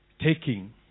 taking